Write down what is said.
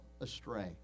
astray